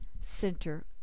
center